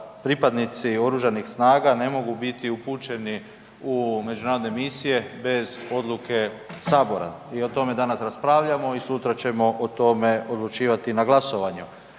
pripadnici oružanih snaga ne mogu biti upućeni u međunarodne misije bez odluke sabora i o tome danas raspravljamo i sutra ćemo o tome odlučivati na glasovanju.